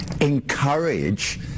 encourage